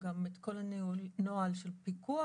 גם את כל הנוהל של פיקוח,